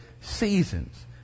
seasons